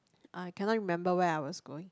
uh cannot remember where I was going